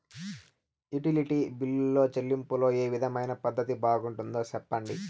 Utility బిల్లులో చెల్లింపులో ఏ విధమైన పద్దతి బాగుంటుందో సెప్పండి?